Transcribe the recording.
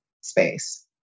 space